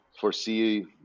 foresee